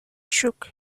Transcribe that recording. shook